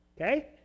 Okay